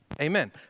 Amen